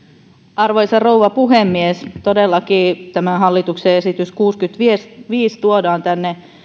arvoisa rouva puhemies todellakin tämä hallituksen esitys kuuteenkymmeneenviiteen tuodaan tänne